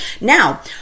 Now